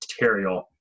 material